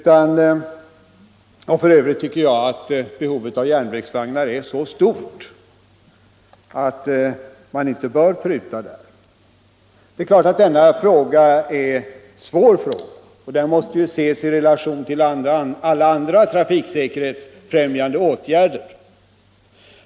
För övrigt tycker jag att behovet av järnvägsvagnar är så stort att man inte bör krympa deras antal. Detta är självfallet en svår fråga, som bör ses i relation till alla andra trafiksäkerhetsfrämjande åtgärder.